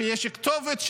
שיש כתובת,